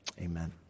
Amen